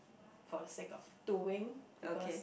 for the sick of doing because